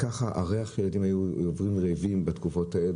הריח כשהילדים היו עוברים רעבים בתקופות האלה,